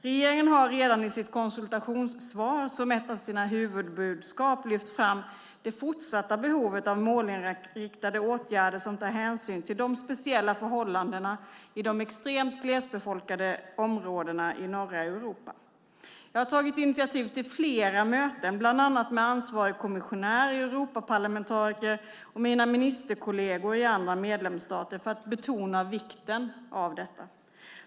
Regeringen har redan i sitt konsultationssvar som ett av sina huvudbudskap lyft fram det fortsatta behovet av målinriktade åtgärder varvid hänsyn tas till de speciella förhållandena i de extremt glesbefolkade områdena i norra Europa. Jag har tagit initiativ till flera möten bland annat med ansvarig kommissionär, Europaparlamentariker och mina ministerkolleger i andra medlemsstater för att betona vikten av detta.